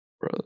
bro